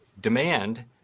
demand